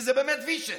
כי זה באמת Vicious.